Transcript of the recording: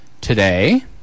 today